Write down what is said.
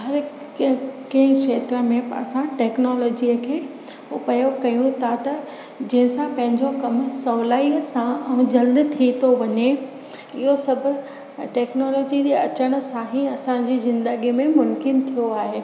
हर हिकु कंहिं कंहिं खेत्र में असां टेक्नोलॉजीअ खे उपयोगु कयूं था त जंहिंसां पंहिंजो कमु सहुलाई सां ऐं जल्द थी थो वञे इहो सभु टेक्नोलॉजीअ जे अचण सां ई असांजी ज़िन्दगीअ में मुमकिन थियो आहे